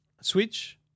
switch